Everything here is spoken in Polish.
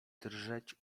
drżeć